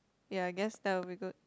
ya I guess that will be good